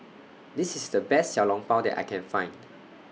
This IS The Best Xiao Long Bao that I Can Find